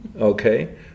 okay